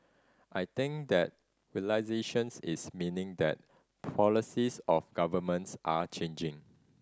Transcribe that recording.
I think that realisations is meaning that policies of governments are changing